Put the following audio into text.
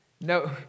No